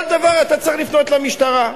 כל דבר אתה צריך לפנות למשטרה.